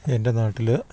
എൻ്റെ നാട്ടിൽ